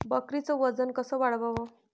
बकरीचं वजन कस वाढवाव?